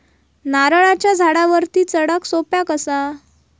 नारळाच्या झाडावरती चडाक सोप्या कसा?